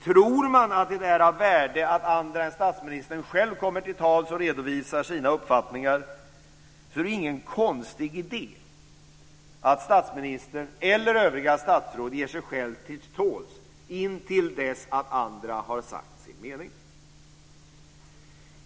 Tror man att det är av värde att andra än statsministern själv kommer till tals och redovisar sina uppfattningar är det ingen konstig idé att statsministern eller övriga statsråd ger sig till tåls, intill dess att andra har sagt sin mening.